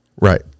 Right